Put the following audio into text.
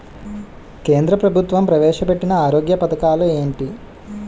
కేంద్ర ప్రభుత్వం ప్రవేశ పెట్టిన ఆరోగ్య పథకాలు ఎంటి?